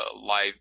live